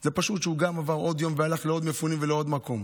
זה פשוט שהוא גם עבר עוד יום והלך לעוד מפונים ולעוד מקום.